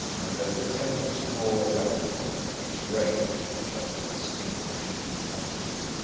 and though the tempest roar round me, its rage shall be extinguished neath my feet,